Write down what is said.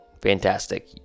Fantastic